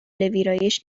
ویرایش